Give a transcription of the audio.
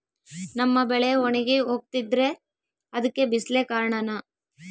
ನಮ್ಮ ಬೆಳೆ ಒಣಗಿ ಹೋಗ್ತಿದ್ರ ಅದ್ಕೆ ಬಿಸಿಲೆ ಕಾರಣನ?